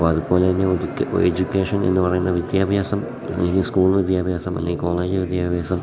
അപ്പം അതു പോലെത്തന്നെ ഒരു എഡ്യൂക്കേഷൻ എന്ന് പറയുന്ന വിദ്യാഭ്യാസം അല്ലെങ്കിൽ സ്കൂൾ വിദ്യാഭ്യാസം അല്ലെങ്കിൽ കോളേജ് വിദ്യാഭ്യാസം